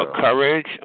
courage